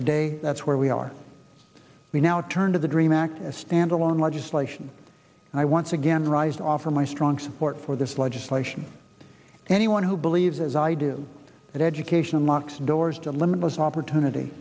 today that's where we are we now turn to the dream act as standalone legislation and i once again rise offer my strong support for this legislation anyone who believes as i do that education unlocks doors to limitless opportunity